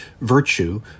virtue